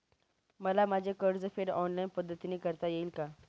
मला माझे कर्जफेड ऑनलाइन पद्धतीने करता येईल का?